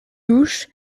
douche